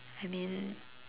I mean